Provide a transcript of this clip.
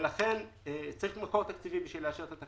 לכן צריך מקור תקציבי בשביל זה.